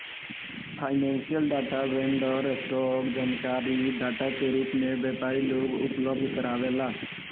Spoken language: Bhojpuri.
फाइनेंशियल डाटा वेंडर, स्टॉक जानकारी डाटा के रूप में व्यापारी लोग के उपलब्ध कारावेला